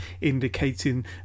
indicating